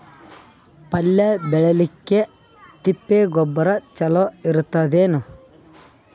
ಪಲ್ಯ ಬೇಳಿಲಿಕ್ಕೆ ತಿಪ್ಪಿ ಗೊಬ್ಬರ ಚಲೋ ಇರತದೇನು?